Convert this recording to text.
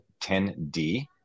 10D